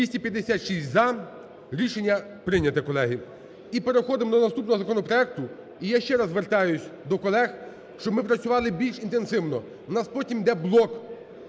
За-256 Рішення прийняте, колеги. І переходимо до наступного законопроекту. І я ще раз звертаюсь до колег, щоб ми працювали більш інтенсивно. У нас потім йде блок